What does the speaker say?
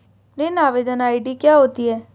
ऋण आवेदन आई.डी क्या होती है?